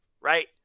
right